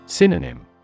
Synonym